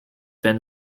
been